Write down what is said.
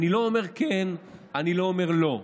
אני לא אומר כן, אני לא אומר לא,